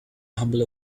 humble